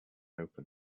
open